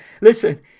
Listen